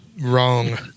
Wrong